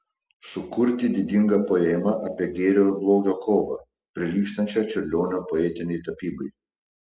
sukurti didingą poemą apie gėrio ir blogio kovą prilygstančią čiurlionio poetinei tapybai